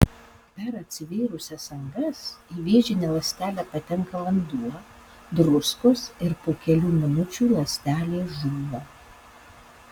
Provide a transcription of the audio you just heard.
per atsivėrusias angas į vėžinę ląstelę patenka vanduo druskos ir po kelių minučių ląstelė žūva